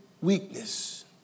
weakness